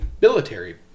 military